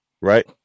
right